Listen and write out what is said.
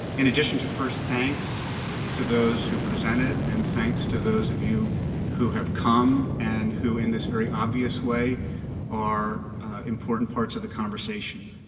in addition to first thanks to those who presented and thanks to those of you who have come and who in this very obvious way are important parts of the conversation,